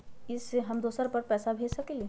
इ सेऐ हम दुसर पर पैसा भेज सकील?